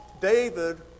David